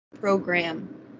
program